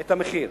את המחיר.